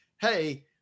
hey